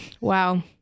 Wow